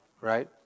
right